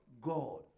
God